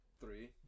three